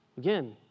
Again